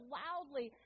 loudly